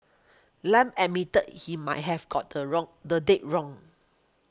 Lam admitted he might have got the wrong the date wrong